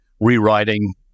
rewriting